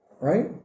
Right